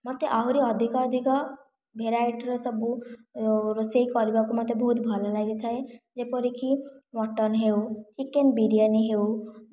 ମୋତେ ଆହୁରି ଅଧିକ ଅଧିକ ଭେରାଇଟିର ସବୁ ରୋଷେଇ କରିବାକୁ ମୋତେ ବହୁତ ଭଲ ଲାଗିଥାଏ ଯେପରି କି ମଟନ ହେଉ ଚିକେନ ବିରିଆନୀ ହେଉ